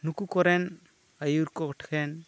ᱱᱩᱠᱩ ᱠᱚᱨᱮᱱ ᱟᱹᱭᱩᱨ ᱠᱚ ᱴᱷᱮᱱ